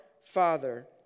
Father